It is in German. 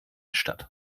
statt